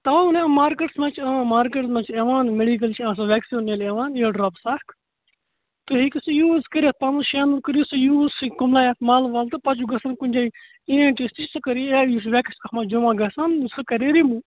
تَوَے ووٚنمَے مارکیٹَس منٛز چھُ یِوان مارکیٹَس منٛز چھُ یِوان میڈِکس چھِ آسان ویٚکٕس چھِ مٔلۍ ہیٚوان اِیر ڈرٛاپٕس اَکھ تُہۍ ہیٚکِو سُہ یوٗز کٔرِتھ پانٛژَن شیٚن کٔرِو سُہ یوٗز سُہ کُملاے اَتھ مَل وَل تہٕ پَتہٕ چھُ گَژھُن کُنہِ جٲے اِی این ٹی یَس نِش سُہ کَڑِ اتھ ویٚکٕس اَتھ منٛز جَمَع گَژھان سُہ کَرِ رِموٗ